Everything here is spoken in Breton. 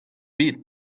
bet